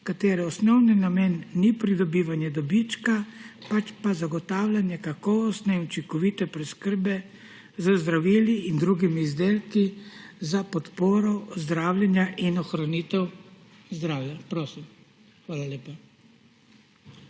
katere osnovni namen ni pridobivanje dobička, pač pa zagotavljanje kakovostne in učinkovite preskrbe z zdravili in drugimi izdelki za podporo zdravljenja in ohranitev zdravja. Gre tudi za